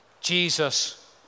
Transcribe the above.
Jesus